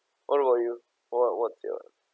what about you what what's your